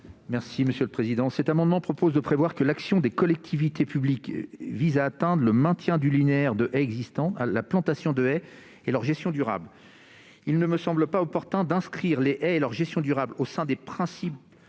de la commission ? Cet amendement prévoit que l'action des collectivités publiques doit chercher à atteindre « le maintien du linéaire de haies existant, la plantation de haies et leur gestion durable ». Il ne me semble pas opportun d'inscrire les haies et leur gestion durable au sein des principes